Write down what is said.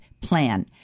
plan